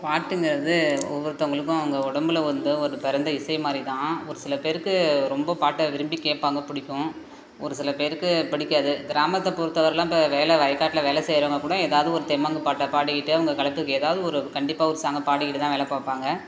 பாட்டுங்கறது ஒவ்வொருத்தவங்களுக்கும் அவங்க உடம்பில் வந்த ஒரு பிறந்த இசைமாதிரிதான் ஒரு சில பேருக்கு ரொம்ப பாட்டை விரும்பி கேட்பாங்க பிடிக்கும் ஒரு சில பேருக்கு பிடிக்காது கிராமத்தை பொறுத்தவரைலும் இப்போ வேலை வயக்காட்டில் வேலை செய்யறவங்க கூட எதாவது ஒரு தெம்மாங்கு பாட்டை பாடிக்கிட்டு அவங்க களத்துக்கு எதாவது ஒரு கண்டிப்பாக ஒரு சாங்கை பாடிக்கிட்டு தான் வேலை பார்ப்பாங்க